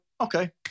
okay